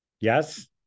Yes